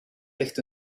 ligt